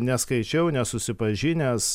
neskaičiau nesusipažinęs